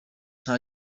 nta